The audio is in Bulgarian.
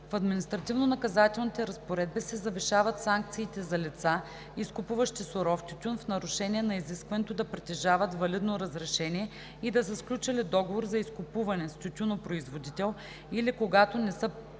В административнонаказателните разпоредби се завишават санкциите за лица, изкупуващи суров тютюн в нарушение на изискването да притежават валидно разрешение и да са сключили договор за изкупуване с тютюнопроизводител, или когато не са предоставили